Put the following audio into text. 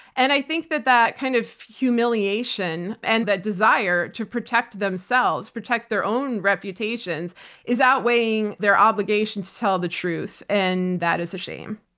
and i think that that kind of humiliation and that desire to protect themselves, protect their own reputations is outweighing their obligation to tell the truth. and that is a shame.